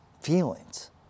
feelings